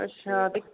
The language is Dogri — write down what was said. अच्छा